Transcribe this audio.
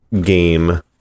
game